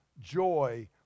joy